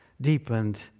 deepened